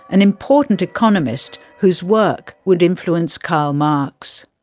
an important economist whose work would influence karl marx.